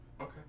Okay